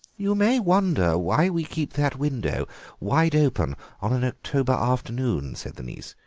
you may wonder why we keep that window wide open on an october afternoon, said the niece,